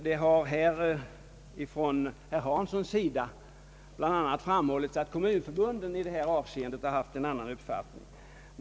Bl.a. herr Torsten Hansson har framhållit, att kommunförbunden i detta avseende har haft en annan uppfattning än föreliggande förslag.